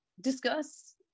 discuss